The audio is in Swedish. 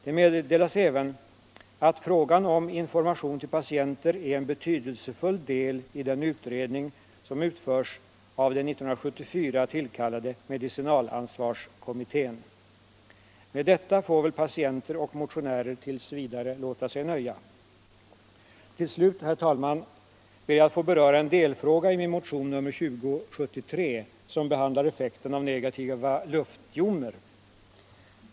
Det meddelas även att frågan om information till patienter är en betydelsefull del i den utredning som utförs av den 1974 tillkallade medicinalansvarskommittén. Med detta får väl patienter och motionärer 1. v. låta sig nöja. Till slut, herr talman, ber jag att få beröra en delfråga i min motion 2073, som behandlar effekten av negativa luftjoner.